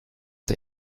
der